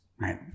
right